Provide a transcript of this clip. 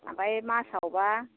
ओमफ्राय मासावबा